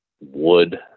wood